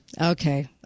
okay